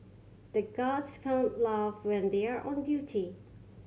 the guards can't laugh when they are on duty